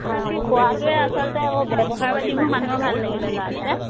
অঁ খোৱাটোৱে আচলতে আ ব্যৱহাৰ পাতিবোৰ মানুহৰ ভাল লাগিলে ল'ৰাকেইটাৰ